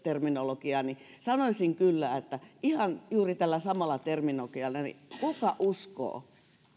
terminologiaa ja sanoisin kyllä ihan juuri tällä samalla terminologialla että kuka uskoo